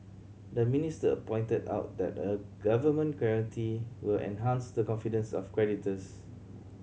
the minister pointed out that a government guarantee will enhance the confidence of creditors